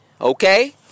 okay